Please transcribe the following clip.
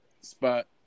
spot